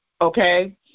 Okay